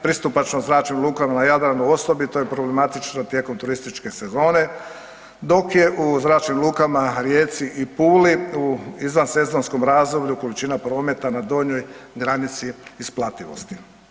Pristupačnost zračnim lukama na Jadranu osobito je problematično tijekom turističke sezone, dok je u zračnim lukama Rijeci i Puli u izvansezonskom razdoblju količina prometa na donjoj granici isplativosti.